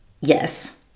Yes